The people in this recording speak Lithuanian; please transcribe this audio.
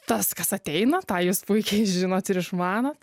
tas kas ateina tą jūs puikiai žinot ir išmanot